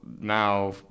now